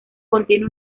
contiene